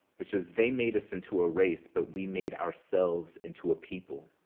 which is, they made us into a race, but we made ourselves into a people.